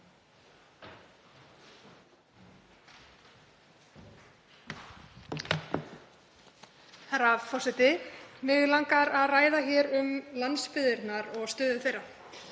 Herra forseti. Mig langar að ræða hér um landsbyggðirnar og stöðu þeirra.